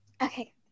Okay